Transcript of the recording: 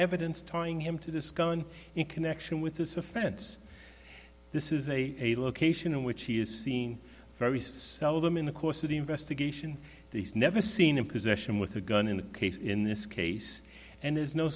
evidence tying him to discussion in connection with this offense this is a a location in which he is seen very seldom in the course of the investigation he's never seen in possession with a gun in the case in this case and there's no